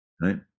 right